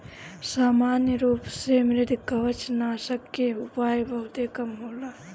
सामान्य रूप से मृदुकवचनाशक के उपयोग बहुते कम होला